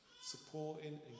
supporting